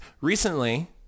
Recently